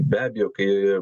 be abejo kai